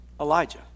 Elijah